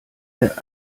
der